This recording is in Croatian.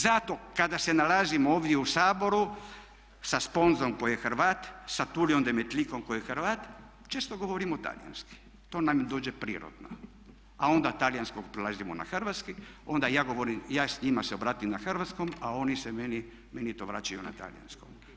Zato kada se nalazimo ovdje u Saboru sa Sponzom koji je Hrvat, sa Tuliom Demetlikom koji je Hrvat često govorimo talijanski, to nam dođe prirodno a onda s talijanskog prelazimo na Hrvatski, onda ja govorim, ja njima se obratim na hrvatskom a oni se meni, meni to vraćaju na talijanskom.